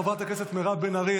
חברת הכנסת מירב בן ארי,